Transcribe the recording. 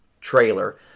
trailer